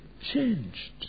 changed